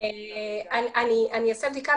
אני אעשה בדיקה.